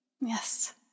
Yes